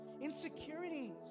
Insecurities